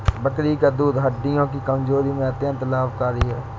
बकरी का दूध हड्डियों की कमजोरी में अत्यंत लाभकारी है